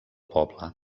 poble